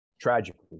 tragically